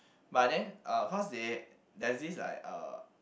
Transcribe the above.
but then uh cause they there's this like uh